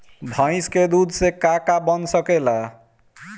भइस के दूध से का का बन सकेला?